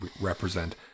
represent